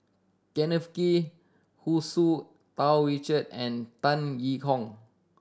Kenneth Kee Hu Tsu Tau Richard and Tan Yee Hong